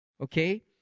Okay